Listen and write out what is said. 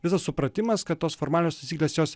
visas supratimas kad tos formalios taisyklės jos